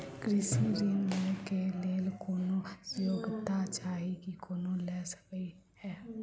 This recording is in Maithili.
कृषि ऋण लय केँ लेल कोनों योग्यता चाहि की कोनो लय सकै है?